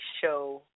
show